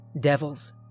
Devils